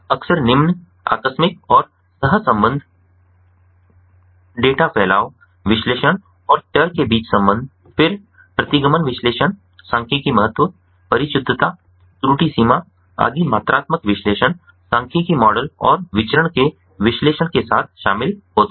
अक्सर निम्न आकस्मिकता और सहसंबंध डेटा फैलाव विश्लेषण और चर के बीच संबंध फिर प्रतिगमन विश्लेषण सांख्यिकीय महत्व परिशुद्धता त्रुटि सीमा आदि मात्रात्मक विश्लेषण सांख्यिकीय मॉडल और विचरण के विश्लेषण के साथ शामिल होते हैं